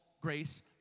grace